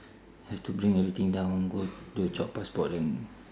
have to bring everything down go to chop passport then